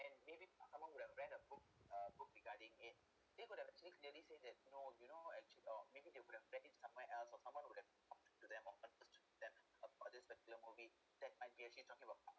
and maybe if someone would have read a book uh book regarding it they could have actually clearly say that no you know actually or maybe they wouldn't read it somewhere else or someone would have talk to them or converse to them about this particular movie that are we actually talking about